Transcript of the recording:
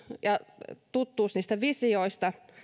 ja tuttuus niistä visioista